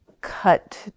cut